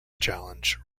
challenge